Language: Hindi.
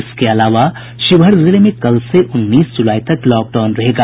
इसके अलावा शिवहर जिले में कल से उन्नीस जुलाई तक लॉकडाउन रहेगा